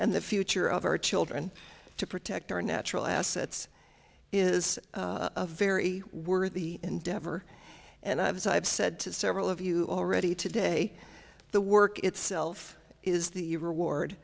and the future of our children to protect our natural assets is a very worthy endeavor and i have as i've said to several of you already today the work itself is the reward